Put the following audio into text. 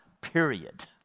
period